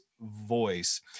voice